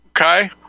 okay